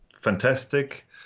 fantastic